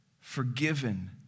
forgiven